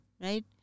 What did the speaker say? right